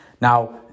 Now